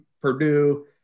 Purdue